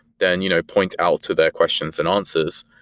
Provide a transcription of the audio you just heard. then you know point out to the questions and answers.